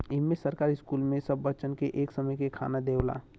इम्मे सरकार स्कूल मे सब बच्चन के एक समय के खाना देवला